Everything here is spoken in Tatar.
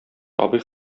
абый